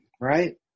right